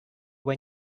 when